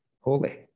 holy